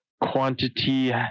quantity